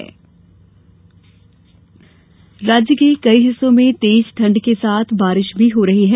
मौसम राज्य के कई हिस्सों में तेज ठंड के साथ बारिश भी हो रही है